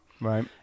Right